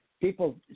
people